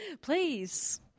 Please